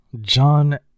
John